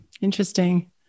Interesting